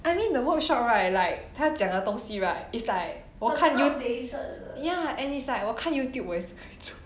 I mean the workshop right like 他讲的东西 right it's like 我看 YouTube ya is like 我看 YouTube 我也是可以做